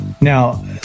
Now